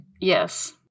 yes